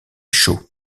chaud